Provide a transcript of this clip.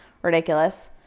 Ridiculous